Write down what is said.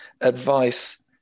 Advice